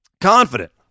Confident